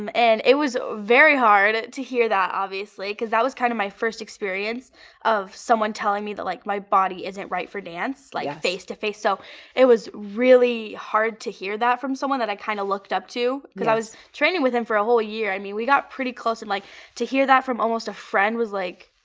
um and it was very hard to hear that, obviously, because that was kind of my first experience of someone telling me that like my body isn't right for dance, like face-to-face. so it was really hard to hear that from someone that i kind of looked up to. i was training with him for a whole year. i mean we got pretty close, and like to hear that from almost a friend was like,